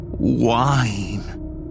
Wine